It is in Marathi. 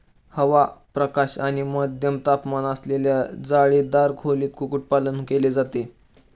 हवा, प्रकाश आणि मध्यम तापमान असलेल्या जाळीदार खोलीत कुक्कुटपालन केले जाते